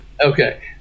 Okay